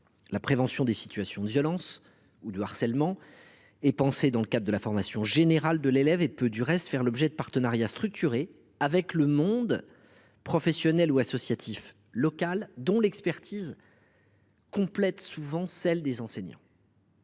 la prévention des situations de violence ou de harcèlement est pensée dans le cadre de la formation générale de l’élève et peut, du reste, faire l’objet de partenariats structurés avec le monde professionnel ou associatif local, dont l’expertise complète souvent celle des enseignants.